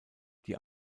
die